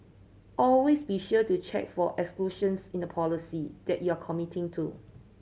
always be sure to check for exclusions in the policy that you are committing to